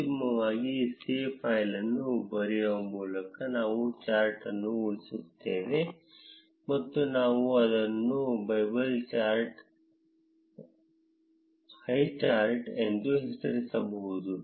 ಅಂತಿಮವಾಗಿ save file ಅನ್ನು ಬರೆಯುವ ಮೂಲಕ ನಾವು ಚಾರ್ಟ್ ಅನ್ನು ಉಳಿಸುತ್ತೇವೆ ಮತ್ತು ನಾವು ಅದನ್ನು ಬಬಲ್ ಹೈಚಾರ್ಟ್ ಎಂದು ಹೆಸರಿಸಬಹುದು